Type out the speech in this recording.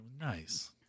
Nice